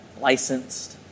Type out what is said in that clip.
licensed